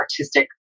artistic